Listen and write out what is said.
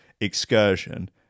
excursion